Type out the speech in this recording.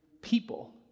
people